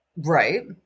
Right